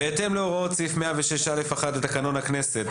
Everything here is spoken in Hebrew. בהתאם להוראות סעיף 106(א)(1) לתקנון הכנסת,